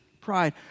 pride